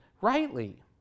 rightly